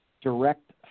direct